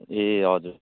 ए हजुर